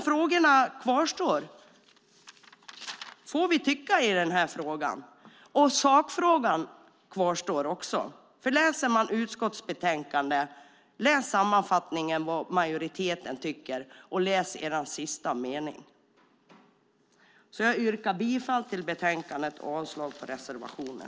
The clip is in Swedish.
Frågorna kvarstår: Får vi tycka i den här frågan? Också sakfrågan kvarstår. Läs i utskottsbetänkandets sammanfattning vad majoriteten tycker, och läs er sista mening! Jag yrkar bifall till förslaget till beslut i betänkandet och avslag på reservationen.